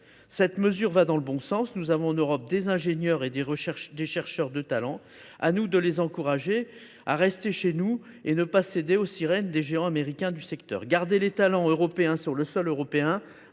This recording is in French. Cette mesure va dans le bon sens. Nous avons en Europe des ingénieurs et des chercheurs de talent ; encourageons les à rester chez nous et à ne pas céder aux sirènes des géants américains du secteur. Garder les talents européens sur le sol européen,